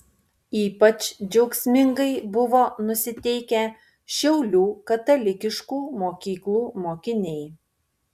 ypač džiaugsmingai buvo nusiteikę šiaulių katalikiškų mokyklų mokiniai